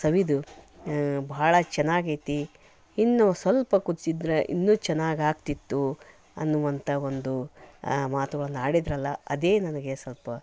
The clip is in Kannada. ಸವಿದು ಬಹಳ ಚೆನ್ನಾಗೈತಿ ಇನ್ನೂ ಸ್ವಲ್ಪ ಕುದಿಸಿದ್ರೆ ಇನ್ನೂ ಚೆನ್ನಾಗಿ ಆಗ್ತಿತ್ತು ಅನ್ನುವಂಥ ಒಂದು ಮಾತುಗಳನ್ನು ಆಡಿದ್ದರಲ್ಲ ಅದೇ ನನಗೆ ಸ್ವಲ್ಪ